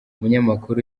umunyamakuru